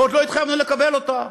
ועוד לא התחייבנו לקבל אותה,